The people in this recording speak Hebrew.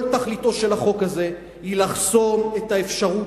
כל תכליתו של החוק הזה היא לחסום את האפשרות